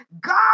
God